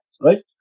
right